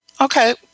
Okay